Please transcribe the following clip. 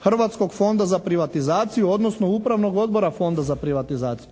Hrvatskog fonda za privatizaciju, odnosno Upravnog odbora Fonda za privatizaciju.